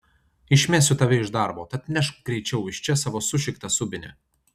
išmesiu tave iš darbo tad nešk greičiau iš čia savo sušiktą subinę